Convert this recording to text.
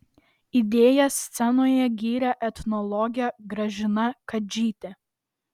idėją scenoje gyrė etnologė gražina kadžytė